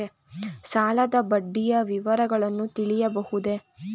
ಸಾಲದ ಬಡ್ಡಿಯ ವಿವರಗಳನ್ನು ತಿಳಿಯಬಹುದೇ?